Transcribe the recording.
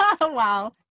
Wow